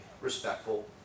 respectful